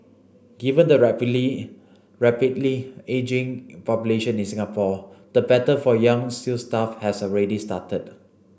given the rapidly rapidly ageing population in Singapore the battle for young sales staff has already started